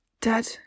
Dad